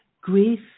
grief